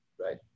right